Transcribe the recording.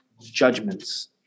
judgments